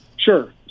Sure